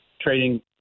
trading